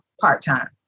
part-time